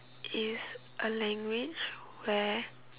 is a language where